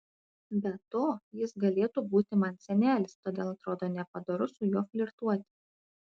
be to jis galėtų būti man senelis todėl atrodo nepadoru su juo flirtuoti